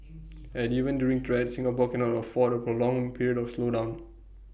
and even during threats Singapore cannot afford A prolonged period of slowdown